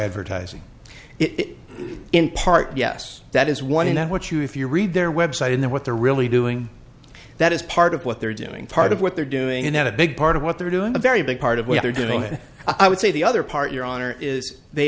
advertising it in part yes that is one that what you if you read their website and then what they're really doing that is part of what they're doing part of what they're doing and have a big part of what they're doing a very big part of what they're doing and i would say the other part your honor is they